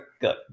Good